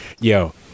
Yo